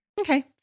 Okay